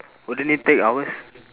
wouldn't it take hours